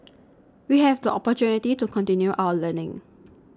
we have the opportunity to continue our learning